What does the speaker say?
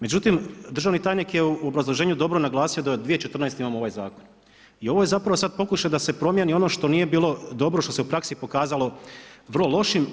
Međutim, državni tajnik je u obrazloženju dobro naglasio da od 2014. imamo ovaj zakon i ovo je pokušaj da se promijeni ono što nije bilo dobro što se u praksi pokazalo vrlo lošim.